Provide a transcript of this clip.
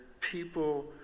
people